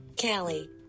Callie